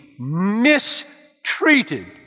mistreated